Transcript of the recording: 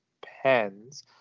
pens